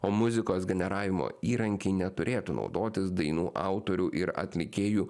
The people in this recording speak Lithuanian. o muzikos generavimo įrankiai neturėtų naudotis dainų autorių ir atlikėjų